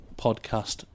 podcast